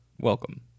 welcome